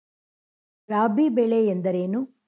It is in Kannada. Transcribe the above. ರಾಬಿ ಬೆಳೆ ಎಂದರೇನು?